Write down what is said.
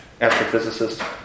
astrophysicist